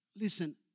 Listen